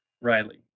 Riley